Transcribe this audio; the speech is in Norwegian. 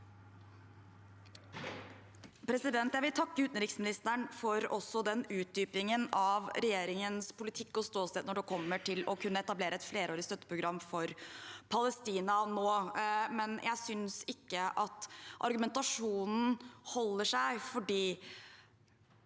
Jeg vil takke utenriksministeren for utdypingen av regjeringens politikk og ståsted når det gjelder å kunne etablere et flerårig støtteprogram for Palestina nå, men jeg synes ikke at argumentasjonen holder.